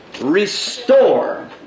Restore